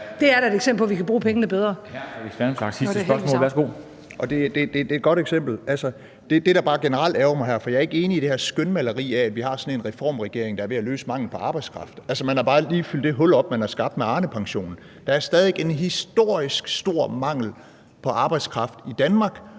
sidste spørgsmål. Kl. 14:07 Alex Vanopslagh (LA): Det er et godt eksempel. Altså, der er bare noget, der generelt ærgrer mig her. For jeg er ikke enig i det her skønmaleri af, at vi har sådan en reformregering, der er ved at løse manglen på arbejdskraft. Man har bare lige fyldt det hul op, man har skabt med Arnepensionen. Der er stadig en historisk stor mangel på arbejdskraft i Danmark,